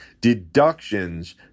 deductions